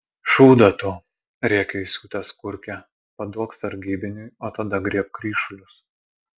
šūdą tu rėkia įsiutęs kurkė paduok sargybiniui o tada griebk ryšulius